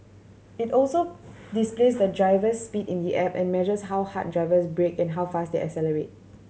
it also displays the driver's speed in the app and measures how hard drivers brake and how fast they accelerate